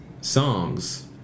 songs